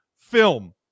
film